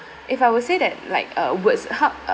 if I would say that like a words hub